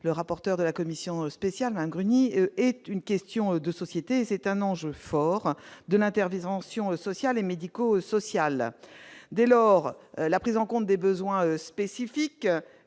le rapporteur de la commission spéciale un grenier est une question de société, c'est un enjeu fort de l'interdisant Sion, social et médico-social, dès lors, la prise en compte des besoins spécifiques